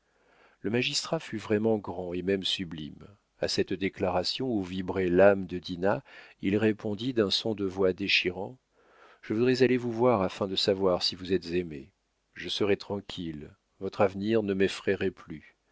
le magistrat fut vraiment grand et même sublime a cette déclaration où vibrait l'âme de dinah il répondit d'un son de voix déchirant je voudrais aller vous voir afin de savoir si vous êtes aimée je serais tranquille votre avenir ne m'effrayerait plus